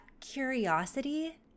curiosity